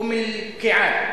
אום-אל-קיעאן,